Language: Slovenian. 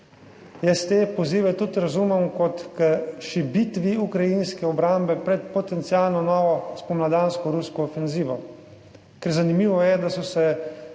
Jaz te pozive tudi razumem kot k šibitvi ukrajinske obrambe pred potencialno novo spomladansko rusko ofenzivoer. Ker zanimivo je, da so se